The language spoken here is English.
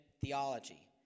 theology